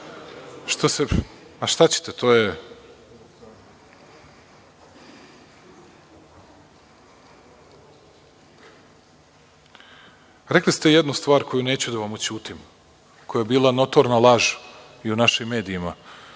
uzeli. Šta ćete, to je…Rekli ste jednu stvar koju neću da vam oćutim, koja je bila notorna laž i u našim medijima.